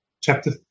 chapter